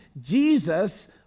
Jesus